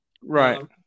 Right